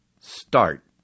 Start